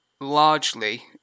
largely